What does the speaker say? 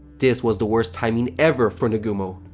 this was the worst timing ever for nagumo.